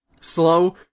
slow